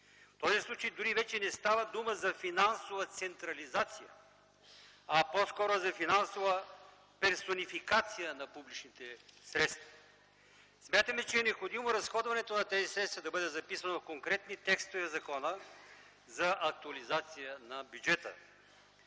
В този случай дори вече не става дума за финансова централизация, а по-скоро за финансова персонификация на публичните средства. Смятаме, че е необходимо разходването на тези средства да бъде записано с конкретни текстове в закона за актуализация на бюджета.